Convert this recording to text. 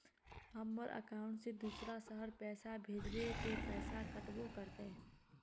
हमर अकाउंट से दूसरा शहर पैसा भेजबे ते पैसा कटबो करते?